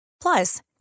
Plus